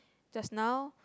just now